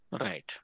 Right